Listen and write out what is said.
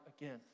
again